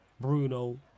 Bruno